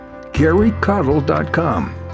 garycoddle.com